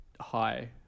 High